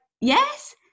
yes